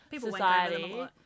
society